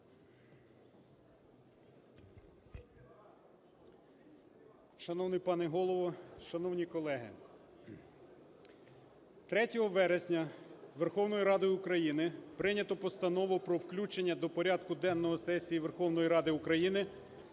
Шановний пане Голово, шановні колеги, 3 вересня Верховною Радою України прийнято Постанову про включення до порядку денного сесії Верховної Ради України